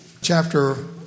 chapter